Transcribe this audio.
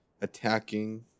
attacking